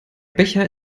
becher